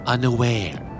Unaware